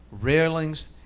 railings